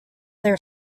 their